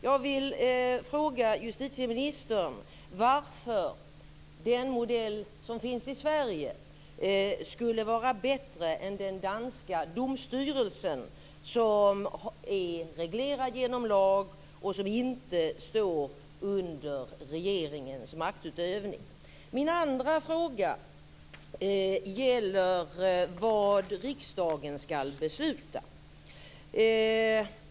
Jag vill fråga justitieministern varför den modell som finns i Sverige skulle vara bättre än den danska domstyrelsen, som är reglerad genom lag och som inte står under regeringens maktutövning. Min andra fråga gäller vad riksdagen ska besluta.